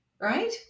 right